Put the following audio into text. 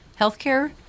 healthcare